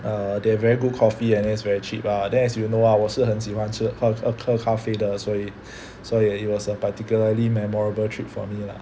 uh they have very good coffee and then it's very cheap lah then as you know ah 我是很喜欢吃 err 喝喝咖啡的所以所以 it was a particularly memorable trip for me lah